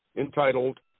entitled